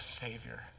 Savior